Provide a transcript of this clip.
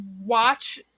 watch